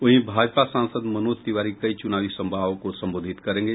वहीं भाजपा सांसद मनोज तिवारी कई चुनावी सभाओं को संबोधित करेंगे